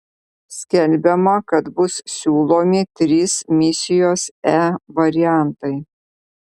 skelbiama kad bus siūlomi trys misijos e variantai